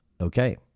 Okay